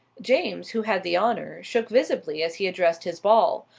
james, who had the honour, shook visibly as he addressed his ball.